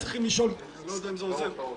פלילי, מה אתה רוצה?